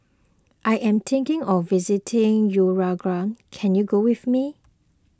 I am thinking of visiting Uruguay can you go with me